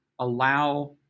allow